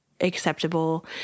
acceptable